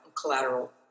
collateral